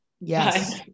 Yes